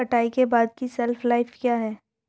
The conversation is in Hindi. कटाई के बाद की शेल्फ लाइफ क्या है?